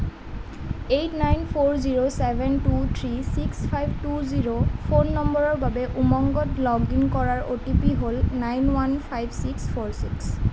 eight nine four zero seven two three six five two zero phone নম্বৰৰ বাবে উমংগত log in কৰাৰ OTP হ'ল nine one five six four six